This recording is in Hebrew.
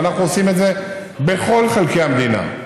ואנחנו עושים את זה בכל חלקי המדינה,